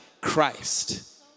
Christ